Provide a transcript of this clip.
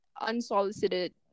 unsolicited